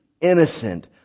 innocent